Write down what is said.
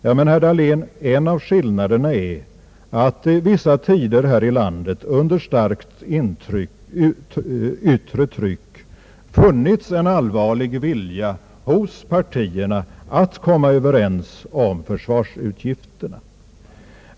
Men, herr Dahlén, en av skillnaderna är att det vissa tider här i landet, under starkt yttre tryck funnits en allvarlig vilja hos partierna att komma överens om försvarsutgifterna.